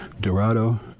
dorado